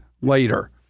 later